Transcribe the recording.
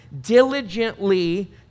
diligently